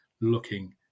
looking